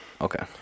okay